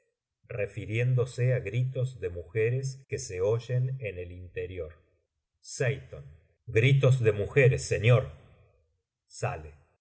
refiriéndose á gritos de mujeres que se oyen en el interior seyton gritos de mujeres señor